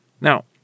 Now